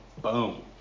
Boom